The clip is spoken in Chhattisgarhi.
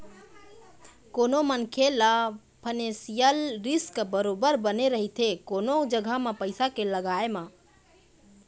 कोनो मनखे ल फानेसियल रिस्क बरोबर बने रहिथे कोनो जघा म पइसा के लगाय म